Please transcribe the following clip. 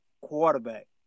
quarterback